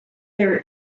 their